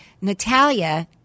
Natalia